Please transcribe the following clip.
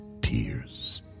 tears